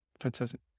Fantastic